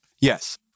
Yes